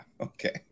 Okay